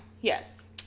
yes